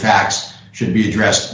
facts should be addressed